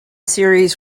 series